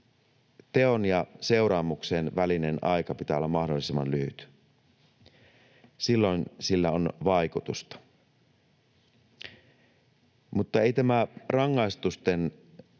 teon ja seuraamuksen välisen ajan pitää olla mahdollisimman lyhyt, silloin sillä on vaikutusta. Mutta ei tämä rangaistusten